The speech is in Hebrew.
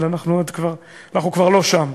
אבל אנחנו כבר לא שם.